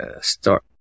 start